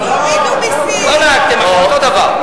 אותו דבר.